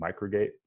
Microgate